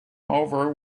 over